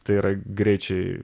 tai yra greičiai